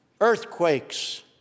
earthquakes